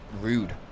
rude